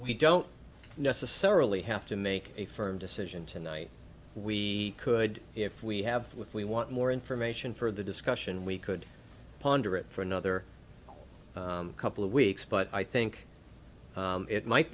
we don't necessarily have to make a firm decision tonight we could if we have what we want more information for the discussion we could ponder it for another couple of weeks but i think it might